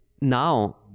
now